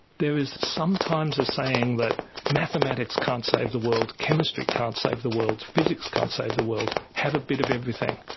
there is some times a saying that mathematics can't save the world, chemistry can't save the world, physics can't save the world, have a bit of everything.